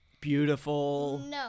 Beautiful